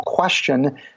question